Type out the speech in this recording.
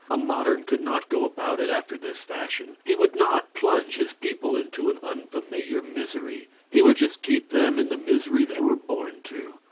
a modern could not go about it after this fashion. he would not plunge his people into an unfamiliar misery. he would just keep them in the misery they were born to.